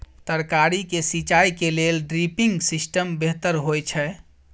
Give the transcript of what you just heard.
तरकारी के सिंचाई के लेल ड्रिपिंग सिस्टम बेहतर होए छै?